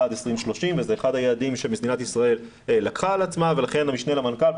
עד 2030. זה אחד היעדים שמדינת ישראל לקחה על עצמה ולכן המשנה למנכ"ל,